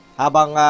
habang